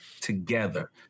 together